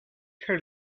her